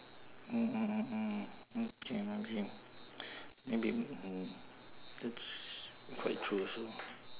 mm mm mm mm no pain no gain maybe hmm that's quite true also